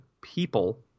people